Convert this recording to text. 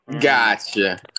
gotcha